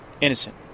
innocent